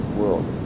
world